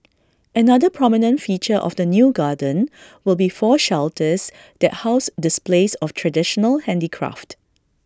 another prominent feature of the new garden will be four shelters that house displays of traditional handicraft